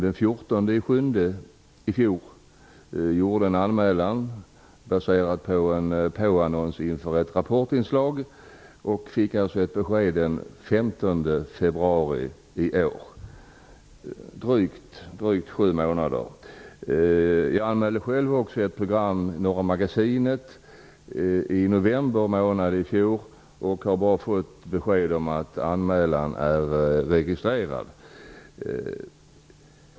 Den 14 juli i fjol gjorde han en anmälan om en påannons inför ett Rapportinslag. Han fick ett besked den 15 februari i år, drygt sju månader senare. Jag anmälde själv också ett program, Norra magasinet, i november månad i fjol. Jag har bara fått besked om att anmälan är registrerad.